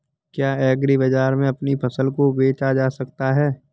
क्या एग्रीबाजार में अपनी फसल को बेचा जा सकता है?